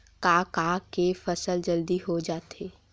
का का के फसल जल्दी हो जाथे?